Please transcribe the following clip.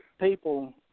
people